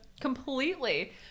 Completely